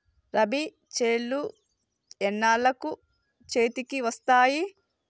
రబీ చేలు ఎన్నాళ్ళకు చేతికి వస్తాయి?